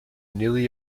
nearly